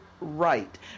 right